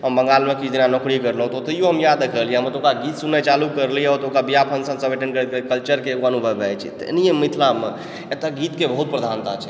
हम बङ्गालमे किछु दिना नौकरी कयलहुॅं तऽ ओतहियो हम इएह देख लियै हम ओतुका गीत सुननाइ चालू केलियै ओतुका विवाह फँग्सन सभ अटेण्ड करैत करैत कल्चरके अनुभव भए जाइ छै तऽ एनहिये मिथिलामे एतऽ गीतके बहुत प्रधानता छै